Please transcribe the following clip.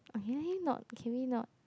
I really not can we not